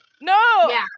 No